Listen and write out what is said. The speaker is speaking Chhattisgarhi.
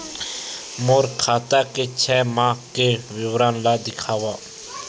मोर खाता के छः माह के विवरण ल दिखाव?